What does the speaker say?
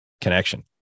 connection